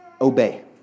obey